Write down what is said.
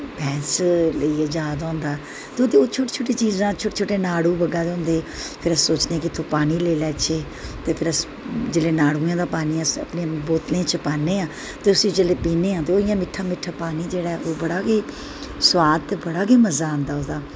कोई भैंस लेइयै जा दा होंदा छोटी छोटी चीजां छोटे छोटे नाड़ू बगाऽ दे होंदे फिर सोचने कि इत्थूं पानी लेई लैच्चे फिर अस जिसलै नाड़ुएं दा पानी अस अपनी बोतलें च पान्ने आं ते जिसलै उस्सी पीन्ने आं ते ओह् मिट्ठा मिट्ठा पानी जेह्ड़ा ऐ ओह् बड़ा गै सोआद ते बड़ा गै मज़ा आंदा ओह्दा